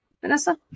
Vanessa